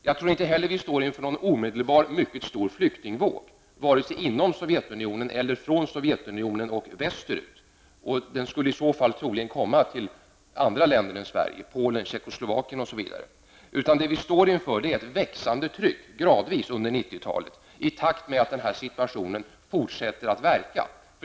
Jag tror inte heller att vi står inför en omedelbar mycket stor flyktingvåg, varken inom Sovjetunionen eller från Sovjetunionen och västerut. Flyktingarna skulle i så fall troligen komma till andra länder än Sverige -- Polen, Tjeckoslovakien osv. Vad vi står inför är ett växande tryck gradvis under 90-talet i takt med att situationen fortsätter att råda.